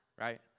right